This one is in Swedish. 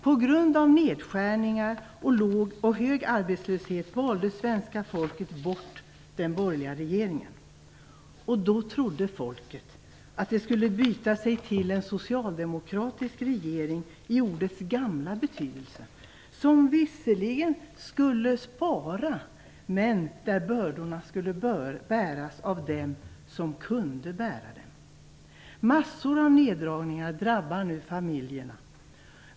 På grund av nedskärningar och hög arbetslöshet valde svenska folket bort den borgerliga regeringen. Då trodde folket att det skulle byta till sig en socialdemokratisk regering i ordets gamla betydelse. En sådan regering skulle visserligen spara, men bördorna skulle bäras av dem som kunde bära dem. Massor av neddragningar drabbar nu familjerna.